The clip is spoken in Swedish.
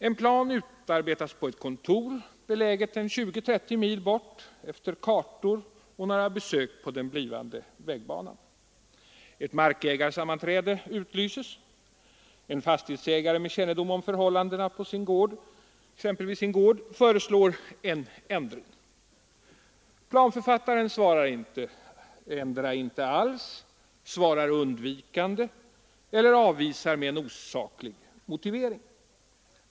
En plan utarbetas på ett kontor, beläget 20—30 mil bort, efter kartor och några besök på den blivande vägbanan. Ett markägarsammanträde utlyses. En fastighetsägare med kännedom om förhållandena, exempelvis på sin egen gård, föreslår en ändring. Planförfattaren svarar inte alls, svarar undvikande eller avvisar förslaget med en osaklig motivering.